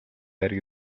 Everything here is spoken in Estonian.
järgi